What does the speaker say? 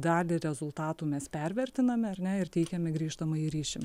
dalį rezultatų mes pervertiname ar ne ir teikiame grįžtamąjį ryšį